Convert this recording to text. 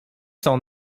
son